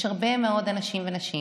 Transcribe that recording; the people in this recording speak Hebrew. יש הרבה מאוד אנשים ונשים